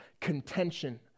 Contention